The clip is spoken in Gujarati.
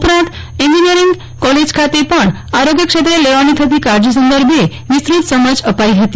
ઉપરાંત ભુજ એન્જીનિયરીંગ કોલેજ ખાતે પણ આરોગ્ય ક્ષેત્રે લેવાની થતી કાળજી સંદર્ભે વિસ્તૃત સમજ અપાઈ હતી